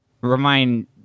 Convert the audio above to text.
remind